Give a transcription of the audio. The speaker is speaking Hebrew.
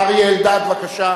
אריה אלדד, בבקשה.